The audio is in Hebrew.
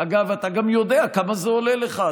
אגב, אתה גם יודע כמה זה עולה לך.